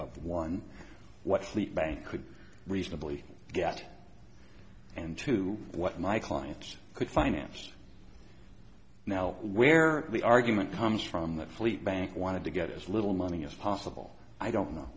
the bank could reasonably get and to what my clients could finance now where the argument comes from that fleet bank wanted to get as little money as possible i don't know